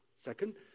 Second